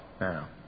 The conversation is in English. now